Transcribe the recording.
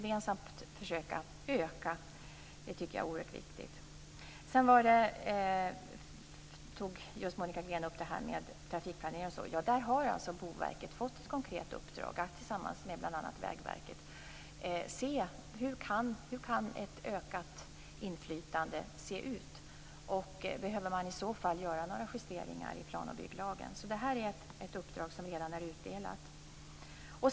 Monica Green tog upp frågan om inflytandet över trafikplaneringen. Boverket har fått ett konkret uppdrag att tillsammans med bl.a. Vägverket se hur ett ökat inflytande kan se ut och om man behöver göra några justeringar i plan och bygglagen. Detta är ett uppdrag som redan är utdelat.